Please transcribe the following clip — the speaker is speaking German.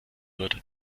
wird